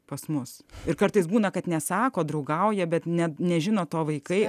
pas mus ir kartais būna kad nesako draugauja bet net nežino to vaikai